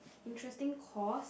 interesting course